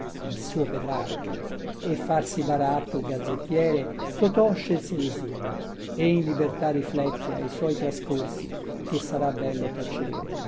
suo petrarca e farsi baratto o gazzettiere totò scelse lesilio e in libertà riflette ai suoi trascorsi che sarà bello tacere